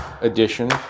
edition